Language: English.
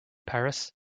paris